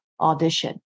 audition